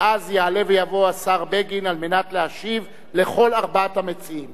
ואז יעלה ויבוא השר בגין על מנת להשיב לכל ארבעת המציעים.